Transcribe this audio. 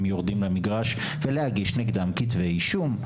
יורדים למגרש ולהגיש נגדם כתבי אישום.